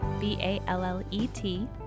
B-A-L-L-E-T